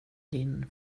din